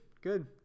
good